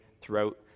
throughout